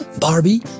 Barbie